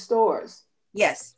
stores yes